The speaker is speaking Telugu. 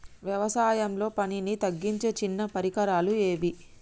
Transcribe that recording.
వ్యవసాయంలో పనిని తగ్గించే చిన్న పరికరాలు ఏవి?